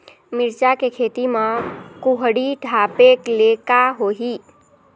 मिरचा के खेती म कुहड़ी ढापे ले का होही?